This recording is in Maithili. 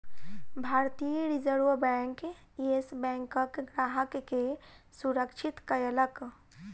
भारतीय रिज़र्व बैंक, येस बैंकक ग्राहक के सुरक्षित कयलक